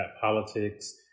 politics